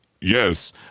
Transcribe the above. yes